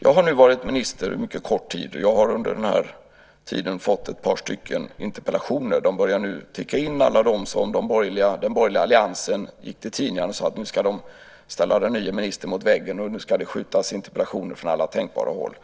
Jag har varit minister under en mycket kort tid och har under den tiden fått ett par interpellationer. De har nu börjat strömma in, de interpellationer som den borgerliga alliansen gick ut i tidningarna och pratade om. Man sade att man skulle ställa den nye ministern mot väggen och att det skulle skjutas interpellationer från alla tänkbara håll.